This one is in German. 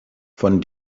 von